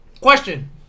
Question